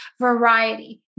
variety